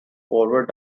forward